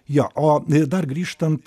jo o dar grįžtant